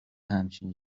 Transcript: همچین